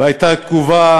והייתה תגובה